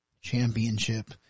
championship